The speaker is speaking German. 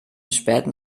späten